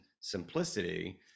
simplicity